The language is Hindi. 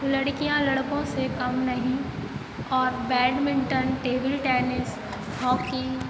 लडकियाँ लड़कों से कम नहीं और बैडमिंटन टेबिल टैनिस हॉकी